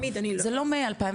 זה לא מ-2019.